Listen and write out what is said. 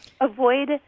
avoid